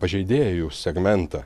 pažeidėjų segmentą